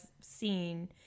seen